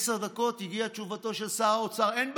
עשר דקות הגיעה תשובתו של שר האוצר: אין בעיה,